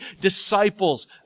disciples